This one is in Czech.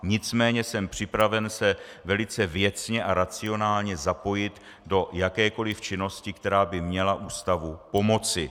Nicméně jsem připraven se velice věcně a racionálně zapojit do jakékoliv činnosti, která by měla ústavu pomoci.